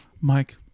Mike